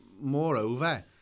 moreover